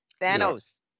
Thanos